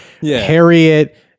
Harriet